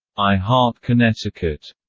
i heart connecticut,